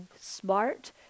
smart